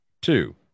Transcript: Two